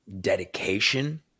dedication